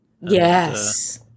yes